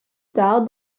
tard